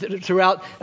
throughout